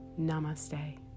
Namaste